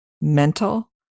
mental